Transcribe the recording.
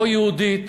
לא יהודית,